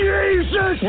Jesus